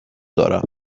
دارم